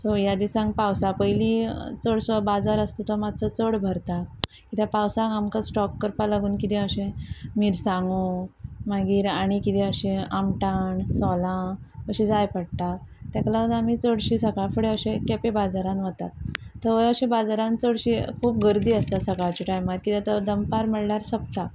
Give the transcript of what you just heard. so ह्या दिसांक पावसा पयली चडसो बाजार आसता तो मातसो चड भरता किद्याक पावसांक आमकां स्टॉक करपा लागून कितें अशें मिरसांगो मागीर आनी कितें अशें आमटाण सोलां अशें जाय पडटा ताका लागून आमी चडशी सकाळ फुडें अशे केपें बाजारान वतात थंय अशे बाजारान चडशी खूब गर्दी आसता सकाळच्या टायमार किद्याक तो दनपार म्हणल्यार सोंपता